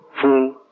full